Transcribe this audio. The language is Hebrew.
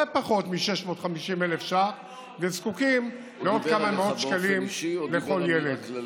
פחות מ-650,000 שקל וזקוקים לעוד כמה מאות שקלים לכל ילד.